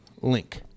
link